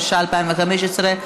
התשע"ה 2015,